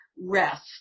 rest